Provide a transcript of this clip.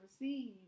receive